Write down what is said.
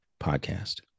podcast